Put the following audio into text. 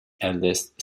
eldest